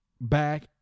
back